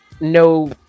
no